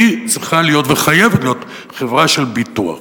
צריכה להיות וחייבת להיות חברה של ביטוח.